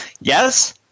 Yes